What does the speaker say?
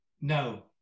No